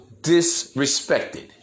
disrespected